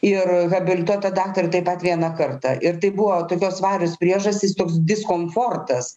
ir habilituoto daktaro taip pat vieną kartą ir tai buvo tokios svarios priežastys toks diskomfortas